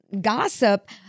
gossip